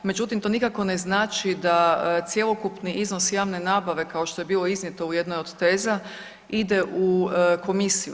Međutim, to nikako ne znači da cjelokupni iznos javne nabave kao što je bilo iznijeto u jednoj od teza ide u komisiju.